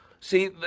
See